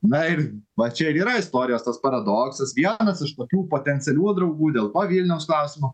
na ir va čia ir yra istorijos tas paradoksas vienas iš tokių potencialių draugų dėl to vilniaus klausimo